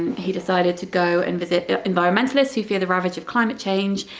and he decided to go and visit environmentalists who fear the ravages of climate change,